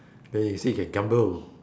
then you say can gamble